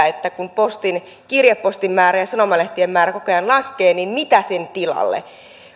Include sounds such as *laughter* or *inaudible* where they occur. *unintelligible* että kun kirjepostin määrä ja sanomalehtien määrä koko ajan laskevat niin mitä niiden tilalle